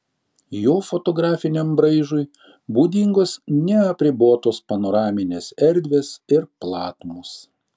jo fotografiniam braižui būdingos neapribotos panoraminės erdvės ir platumos